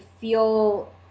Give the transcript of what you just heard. feel